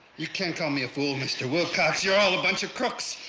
you can't call me a fool, mr. wilcox! you're all a bunch of crooks.